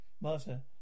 master